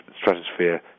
stratosphere